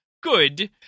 good